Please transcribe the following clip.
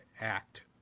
act